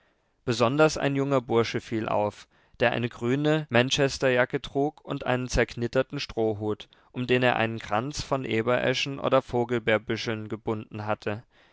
besonders ein junger bursche fiel auf der eine grüne manchesterjacke trug und einen zerknitterten strohhut um den er einen kranz von ebereschen oder vogelbeerbüscheln gebunden hatte